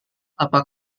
apakah